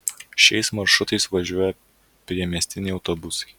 šiais maršrutais važiuoja priemiestiniai autobusai